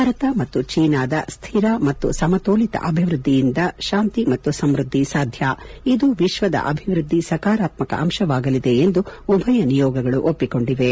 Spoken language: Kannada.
ಭಾರತ ಮತ್ತು ಚೀನಾದ ಶ್ಟಿರ ಮತ್ತು ಸಮತೋಲಿತ ಅಭಿವೃದ್ದಿಯಿಂದ ಶಾಂತಿ ಮತ್ತು ಸಮೃದ್ದಿ ಸಾಧ್ವ ಇದು ವಿಶ್ವದ ಅಭಿವ್ವದ್ದಿ ಸಕಾರಾತ್ಸಕ ಅಂಶವಾಗಲಿದೆ ಎಂದು ಉಭಯ ನಿಯೋಗಗಳು ಒಪ್ಪಿಕೊಂಡಿವೆ